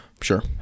sure